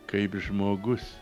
kaip žmogus